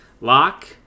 lock